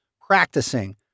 practicing